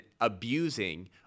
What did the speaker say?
abusing